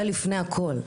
זה לפני הכול,